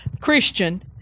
Christian